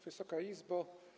Wysoka Izbo!